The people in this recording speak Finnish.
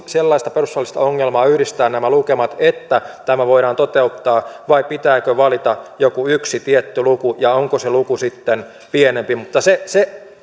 sellaista perustuslaillista ongelmaa yhdistää nämä lukemat että tämä voidaan toteuttaa vai pitääkö valita joku yksi tietty luku ja onko se luku sitten pienempi mutta se se